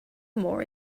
more